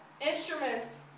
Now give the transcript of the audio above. instruments